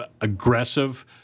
aggressive